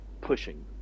pushing